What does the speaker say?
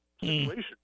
situation